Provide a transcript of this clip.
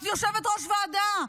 את יושבת-ראש ועדה.